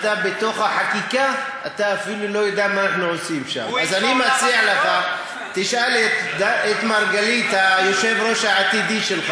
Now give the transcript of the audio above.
למה אתה לא שואל את עמר בר-לב, שבא יחד אתי,